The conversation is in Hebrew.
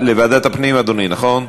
לוועדת הפנים, אדוני, נכון?